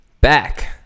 Back